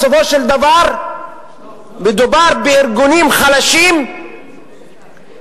בסופו של דבר מדובר בארגונים חלשים שמנסים